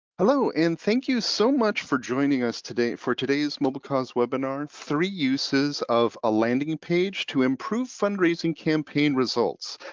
hello, and thank you so much for joining us today for today's mobilecause webinar three uses of a landing page to improve fundraising campaign results.